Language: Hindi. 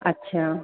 अच्छा